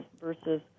versus